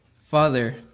Father